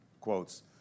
quotes